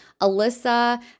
Alyssa